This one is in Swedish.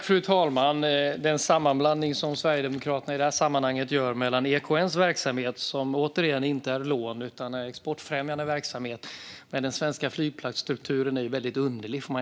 Fru talman! Den sammanblandning som Sverigedemokraterna i det här sammanhanget gör av EKN:s verksamhet, som återigen inte är lån utan exportfrämjande verksamhet, och den svenska flygplatsstrukturen är väldigt underlig.